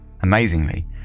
Amazingly